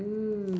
mm